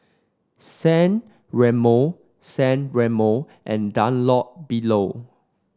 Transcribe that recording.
San Remo San Remo and Dunlopillo